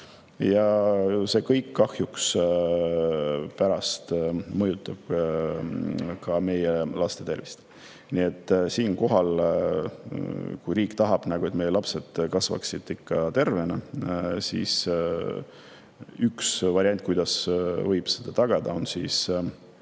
Ja see kõik kahjuks mõjutab meie laste tervist. Nii et kui riik tahab, et meie lapsed kasvaksid tervena, siis üks variant, kuidas seda tagada, on